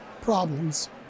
problems